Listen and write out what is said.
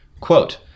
quote